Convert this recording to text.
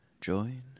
join